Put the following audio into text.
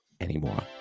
anymore